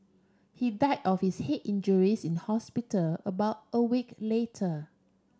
he died of his head injuries in hospital about a week later